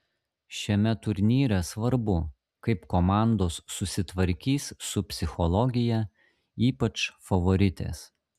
šiame turnyre svarbu kaip komandos susitvarkys su psichologija ypač favoritės